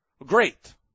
Great